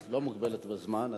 את לא מוגבלת בזמן.